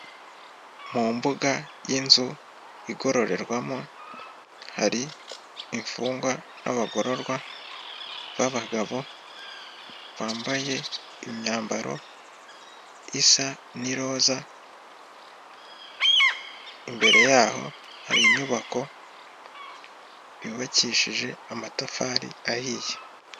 Mu mbuga y'inzu igororerwamo, hari imfungwa n'abagororwa b'abagabo, bambaye imyambaro isa n'iroza, imbere yaho hari inyubako yubakishije amatafari ahiye.